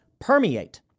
permeate